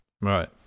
Right